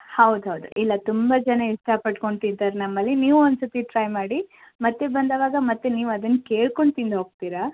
ಹೌದ್ ಹೌದು ಇಲ್ಲ ತುಂಬ ಜನ ಇಷ್ಟ ಪಟ್ಕೊಂಡು ತಿಂತಾರೆ ನಮ್ಮಲ್ಲಿ ನೀವು ಒಂದ್ಸತಿ ಟ್ರೈ ಮಾಡಿ ಮತ್ತೆ ಬಂದಾಗ ಮತ್ತೆ ನೀವು ಅದನ್ನು ಕೇಳ್ಕೊಂಡು ತಿಂದು ಹೋಗ್ತಿರಾ